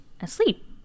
asleep